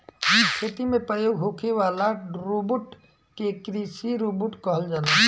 खेती में प्रयोग होखे वाला रोबोट के कृषि रोबोट कहल जाला